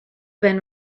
been